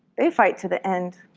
they fight to the end.